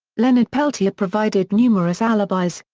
leonard peltier provided numerous alibis,